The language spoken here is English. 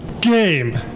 game